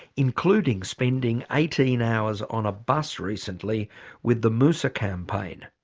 including spending eighteen hours on a bus recently with the moussa campaign.